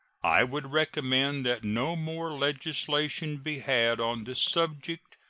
i would recommend that no more legislation be had on this subject,